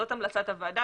זאת המלצת הוועדה,